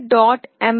mbed